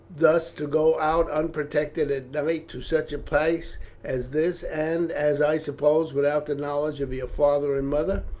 thus to go out unprotected at night to such a place as this, and, as i suppose, without the knowledge of your father and mother?